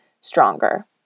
stronger